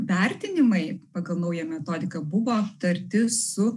vertinimai pagal naują metodiką buvo aptarti su